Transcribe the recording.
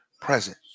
present